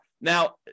Now